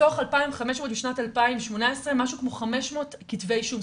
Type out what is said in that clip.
מתוך 2,500 בשנת 2018 משהו כמו 500 כתבי אישום.